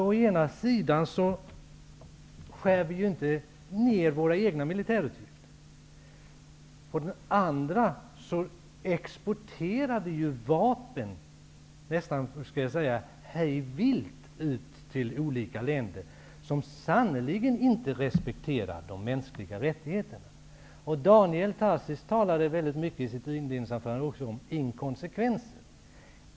Å ena sidan skär vi inte ner våra egna militärutgifter, och å andra sidan exporterar vi vapen nästan hej vilt till olika länder vilka sannerligen inte respekterar de mänskliga rättigheterna. Daniel Tarschys talade mycket i sitt inledningsanförande om inkonsekvenser.